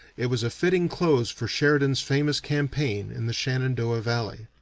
it was a fitting close for sheridan's famous campaign in the shenandoah valley.